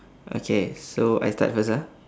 okay so I start first ah